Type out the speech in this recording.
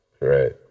Right